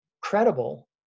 credible